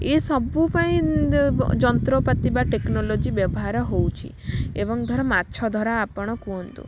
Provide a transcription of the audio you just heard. ଏସବୁ ପାଇଁ ଯନ୍ତ୍ରପାତି ବା ଟେକ୍ନୋଲୋଜି ବ୍ୟବହାର ହେଉଛି ଏବଂ ଧରା ମାଛ ଧରା ଆପଣ କୁହନ୍ତୁ